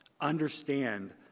Understand